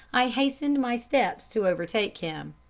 i hastened my steps to overtake him.